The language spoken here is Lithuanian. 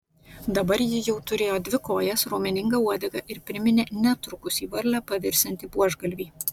dabar ji jau turėjo dvi kojas raumeningą uodegą ir priminė netrukus į varlę pavirsiantį buožgalvį